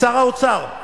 לשר האוצר,